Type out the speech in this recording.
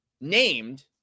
named